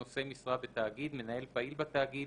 "נושא משרה בתאגיד" מנהל פעיל בתאגיד,